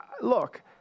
look